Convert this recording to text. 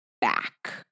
back